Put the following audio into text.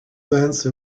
glance